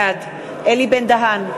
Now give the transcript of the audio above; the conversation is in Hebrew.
בעד אלי בן-דהן,